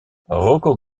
rocco